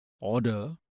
order